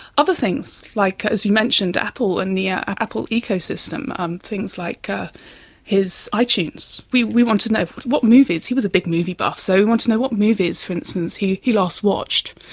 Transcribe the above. other things like, as you mentioned, apple and the apple ecosystem, um things like ah his ah itunes, we we wanted to know what movies, he was a big movie buff, so we wanted to know what movies, for instance, he he last watched.